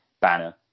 banner